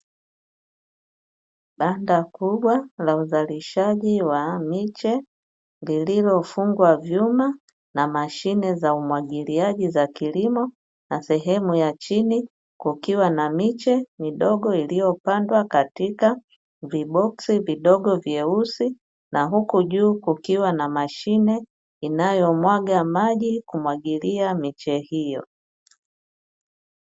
Banda kubwa la uzalishaji wa miche lililofungwa juu na mashine za umwagiliaji za kilimo na sehemu ya chini kukiwa na miche midogo, iliyopandwa katika viboksi vidogo vyeusi na huku juu kukiwa na mashine inayomwaga maji kumwagilia miche hiyo.